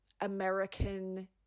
American